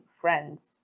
friend's